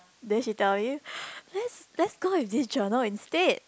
then she tell me let's let's go with this journal instead